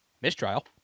mistrial